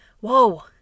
Whoa